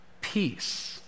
peace